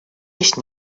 есть